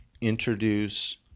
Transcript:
introduce